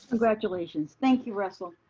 congratulations. thank you russell.